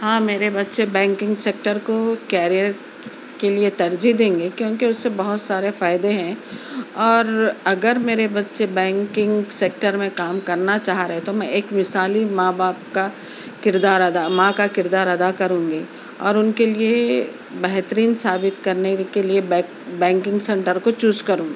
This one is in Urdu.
ہاں میرے بچے بینکنگ سیکٹر کو کیرئر کے لئے ترجیح دیں گے کیوں کہ اس سے بہت سارے فائدے ہیں اور اگر میرے بچے بینکنگ سیکٹر میں کام کرنا چاہ رہے ہیں تو میں ایک مثالی ماں باپ کا کردار ادا ماں کا کردار ادا کروں گی اور ان کے لئے بہترین ثابت کرنے لئے بینکنگ سیکٹر کو چوز کروں